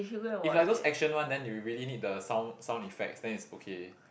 if like those action one then you really need the sound sound effects then it's okay